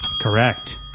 Correct